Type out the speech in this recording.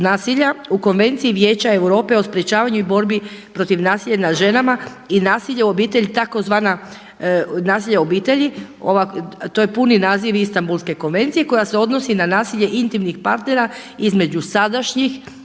u Konvenciji Vijeća Europe o sprječavanju i borbi protiv nasilja nad ženama i nasilje u obitelji tzv. nasilja u obitelji, to je puni naziv Istambulske konvencije koja se odnosi na nasilje intimnih partnera između sadašnjih